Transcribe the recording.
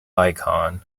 icon